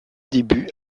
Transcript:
débuts